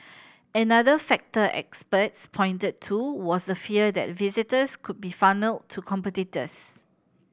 another factor experts pointed to was the fear that visitors could be funnelled to competitors